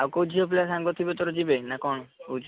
ଆଉ କେଉଁ ଝିଅ ପିଲା ସାଙ୍ଗ ଥିବେ ତୋର ଯିବେ ନା କ'ଣ କହୁଛୁ